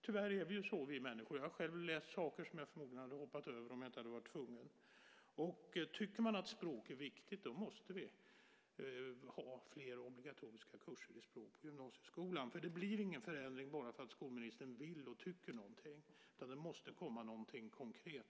Tyvärr är vi människor så. Jag har själv läst saker som jag förmodligen hade hoppat över om jag inte hade varit tvungen att läsa dem. Om man tycker att det är viktigt med språk måste det finnas fler obligatoriska kurser i språk i gymnasieskolan. Det blir nämligen ingen förändring bara därför att skolministern vill och tycker någonting, utan det måste komma någonting konkret.